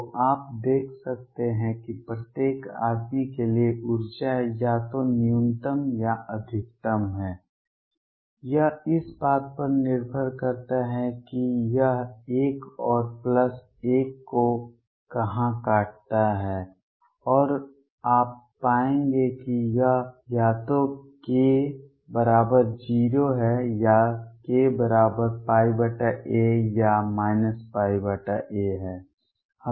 तो आप देख सकते हैं कि प्रत्येक आदमी के लिए ऊर्जा या तो न्यूनतम या अधिकतम है यह इस बात पर निर्भर करता है कि यह 1 और प्लस 1 को कहाँ काटता है और आप पाएंगे कि यह या तो k बराबर 0 है या k बराबर a या πa है